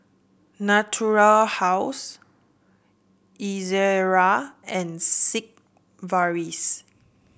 Natura House Ezerra and Sigvaris